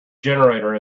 generator